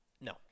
no